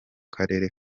karere